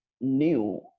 new